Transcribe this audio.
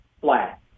flat